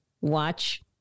watch